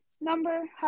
number